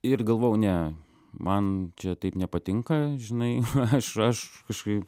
ir galvojau ne man čia taip nepatinka žinai aš aš kažkai